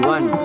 One